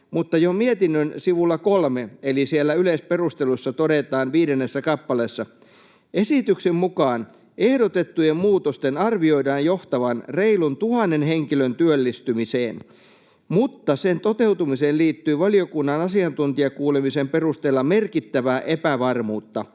mutta jo mietinnön sivulla 3, eli siellä yleisperusteluissa, todetaan viidennessä kappaleessa: ”Esityksen mukaan ehdotettujen muutosten arvioidaan johtavan reilun 1 000 henkilön työllistymiseen, mutta sen toteutumiseen liittyy valiokunnan asiantuntijakuulemisen perusteella merkittävää epävarmuutta.